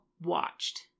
watched